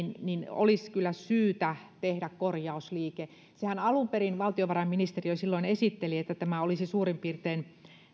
olisi syytä tehdä korjausliike alun perinhän valtiovarainministeriö silloin esitteli että tämä olisi suurin piirtein